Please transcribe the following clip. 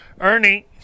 Ernie